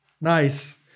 nice